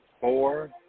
four